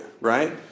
right